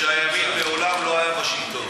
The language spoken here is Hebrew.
שהימין מעולם לא היה בשלטון.